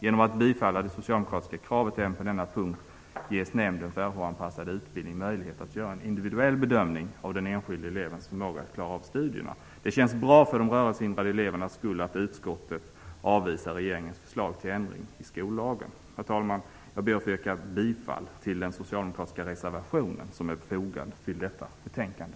Genom att utskottet bifaller det socialdemokratiska kravet även på denna punkt ges nämnden för Rh-anpassad utbildning möjlighet att göra en individuell bedömning av den enskilde elevens förmåga att klara av studierna. Det känns bra för de rörelsehindrade elevernas skull att utskottet avvisar regeringens förslag till ändring i skollagen. Herr talman! Jag ber att få yrka bifall till den socialdemokratiska reservationen, som är fogad till detta betänkande.